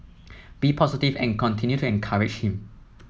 be positive and continue to encourage him